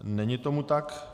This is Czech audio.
Není tomu tak.